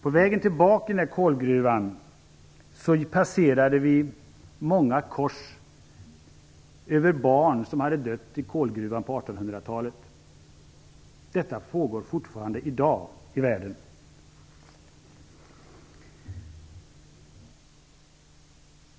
På vägen tillbaka från kolgruvan passerade vi många kors över barn som hade dött i kolgruvan på 1800-talet. Detta pågår fortfarande i dag i världen.